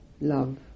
love